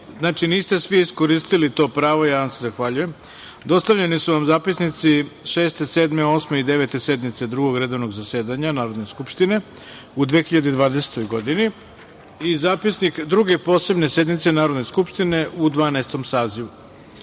niste svi iskoristili to pravo. Ja vam se zahvaljujem. Dostavljeni su vam zapisnici Šeste, Sedme, Osme i Devete sednice Drugog redovnog zasedanja Narodne skupštine u 2020. godini i Zapisnik Druge posebne sednice Narodne skupštine u Dvanaestom